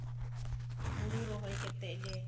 ᱦᱩᱲᱩ ᱨᱚᱦᱚᱭ ᱠᱟᱛᱮ ᱞᱮ